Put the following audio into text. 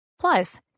Plus